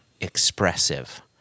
expressive